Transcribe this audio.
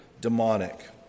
demonic